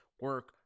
Work